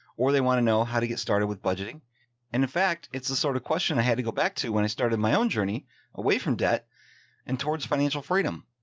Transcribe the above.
or they want to know how to get started with budgeting, and in fact, it's a sort of question i had to go back to when i started my own journey away from debt and towards financial freedom.